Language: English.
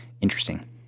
interesting